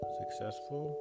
successful